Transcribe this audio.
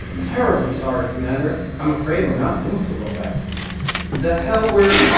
terribly sorry, commander. i'm afraid we're not doing too well back here the hell we're